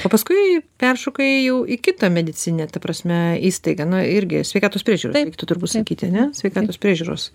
o paskui peršokai jau į kitą medicininę ta prasme įstaigą na irgi sveikatos priežiūros reiktų turbūt sakyti ane sveikatos priežiūros